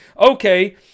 okay